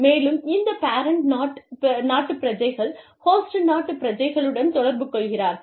மேலும் இந்த பேரண்ட் நாட்டுப் பிரஜைகள் ஹோஸ்ட் நாட்டுப் பிரஜைகளுடன் தொடர்பு கொள்கிறார்கள்